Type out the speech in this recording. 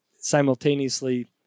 simultaneously